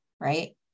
right